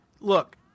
look